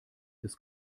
des